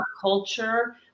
culture